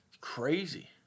Crazy